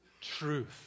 truth